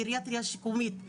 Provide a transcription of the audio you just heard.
גריאטריה שיקומית,